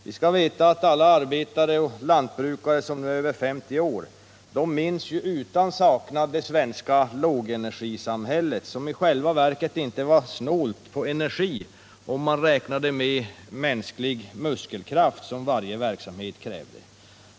Vi skall veta att alla arbetare och lantbrukare, som är över 50 år, utan saknad minns det svenska lågenergisamhället, som i själva verket inte var snålt på energi om man räknade med den mänskliga muskelkraft som varje verksamhet kräver.